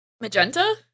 Magenta